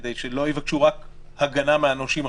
כדי שלא יבקשו רק הגנה מהנושים,